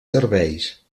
serveis